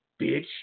Bitch